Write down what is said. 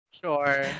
sure